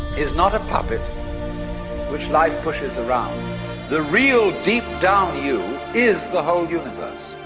is not a puppet which life pushes around the real, deep down you is the whole universe.